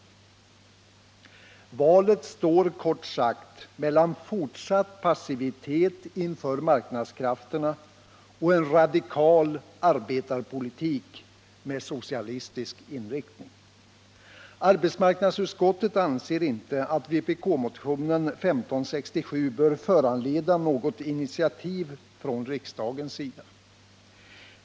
Valet står kort sagt mellan fortsatt passivitet inför marknadskrafterna och en radikal arbetarpolitik med socialistisk inriktning. Arbetsmarknadsutskottet anser inte att vpk-motionen 1567 bör föranleda något initiativ från riksdagens sida.